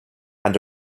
and